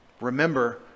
Remember